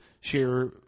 share